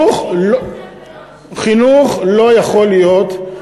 חינוך לא יכול להיות,